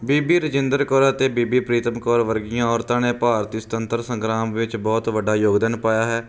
ਬੀਬੀ ਰਜਿੰਦਰ ਕੌਰ ਅਤੇ ਬੀਬੀ ਪ੍ਰੀਤਮ ਕੌਰ ਵਰਗੀਆਂ ਔਰਤਾਂ ਨੇ ਭਾਰਤ ਸੁਤੰਤਰ ਸੰਗਰਾਮ ਵਿੱਚ ਬਹੁਤ ਵੱਡਾ ਯੋਗਦਾਨ ਪਾਇਆ ਹੈ